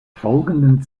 folgenden